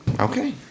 Okay